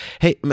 Hey